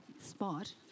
spot